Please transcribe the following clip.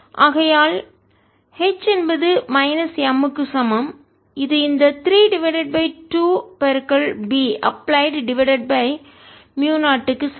ஆகையால் H என்பது minus M க்கு சமம் இது இந்த 3 divided by 2 B applied divided by மியூ0 க்கு சமம்